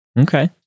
Okay